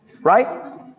Right